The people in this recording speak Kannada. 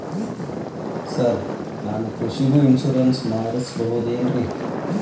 ಸರ್ ನಾನು ಕೃಷಿಗೂ ಇನ್ಶೂರೆನ್ಸ್ ಮಾಡಸಬಹುದೇನ್ರಿ?